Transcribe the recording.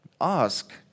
Ask